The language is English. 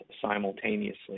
simultaneously